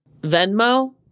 Venmo